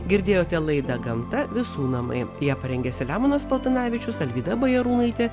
girdėjote laidą gamta visų namai ją parengė selemonas paltanavičius alvyda bajarūnaitė